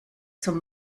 zum